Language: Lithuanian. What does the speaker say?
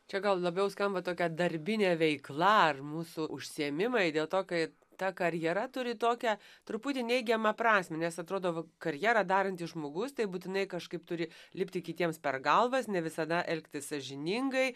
čia gal labiau skamba tokia darbinė veikla ar mūsų užsiėmimai dėl to kai ta karjera turi tokią truputį neigiamą prasmę nes atrodo karjerą darantis žmogus tai būtinai kažkaip turi lipti kitiems per galvas ne visada elgtis sąžiningai